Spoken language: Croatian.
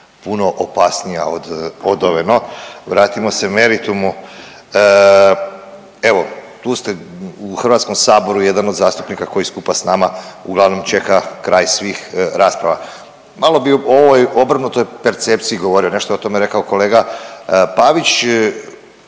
puno opasnija od ove, no vratimo se meritumu. Evo tu ste u HS-u jedan od zastupnika koji skupa s nama uglavnom čeka kraj svih rasprava, malo bi o ovoj obrnutoj percepciji govorio, nešto je o tome rekao kolega Pavić.